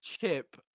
chip